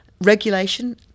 Regulation